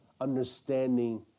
understanding